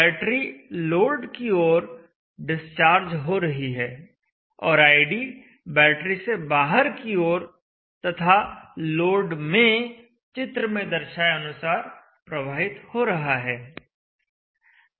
battery load की ओर discharge हो रही है और id बैटरी से बाहर की ओर तथा लोड में चित्र में दर्शाए अनुसार प्रवाहित हो रहा है